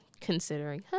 considering